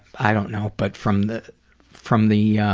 i don't know but from the from the yeah